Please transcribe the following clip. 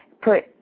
put